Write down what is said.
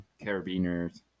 carabiners